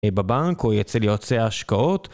בבנק או אצל יועצי ההשקעות.